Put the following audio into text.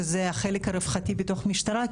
שזה החלק הרווחתי בתוך המשטרה.